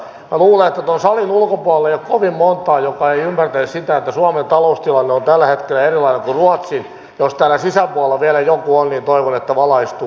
minä luulen että tuolla salin ulkopuolella ei ole kovin montaa joka ei ymmärtäisi sitä että suomen taloustilanne on tällä hetkellä erilainen kuin ruotsin jos täällä sisäpuolella vielä joku on niin toivon että valaistuu lähiaikoina